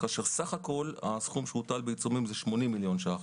כאשר סך כל הסכום שהוטל בעיצומים הוא 80 מיליון ש"ח,